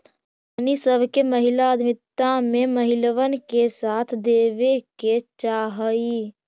हमनी सब के महिला उद्यमिता में महिलबन के साथ देबे के चाहई